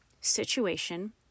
situation